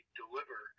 deliver